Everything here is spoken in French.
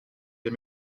les